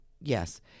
yes